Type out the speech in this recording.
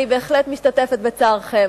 אני בהחלט משתתפת בצערכם.